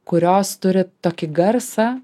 kurios turi tokį garsą